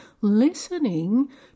listening